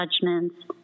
judgments